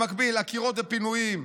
במקביל עקירות ופינויים,